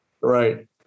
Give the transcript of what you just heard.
Right